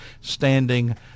standing